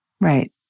Right